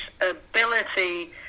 ability